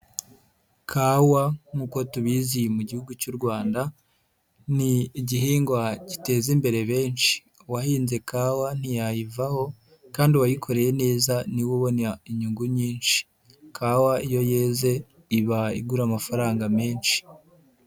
Kawa nk'uko tubizi mu gihugu cy'u Rwanda ni igihingwa giteza imbere benshi, uwayihinze kawa ntiyayivaho kandi uwayikoreye neza niwe ubona inyungu nyinshi ,kawa iyo yeze iba igura amafaranga menshi.